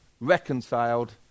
reconciled